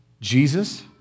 Jesus